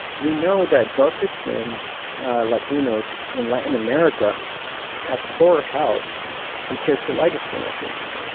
we know that darker-skinned latinos in latin america have poorer health compared to lighter-skinned latinos.